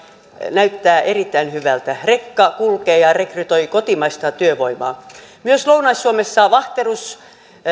näyttää erittäin hyvältä rekka kulkee ja rekrytoi kotimaista työvoimaa myös vahterus